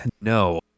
no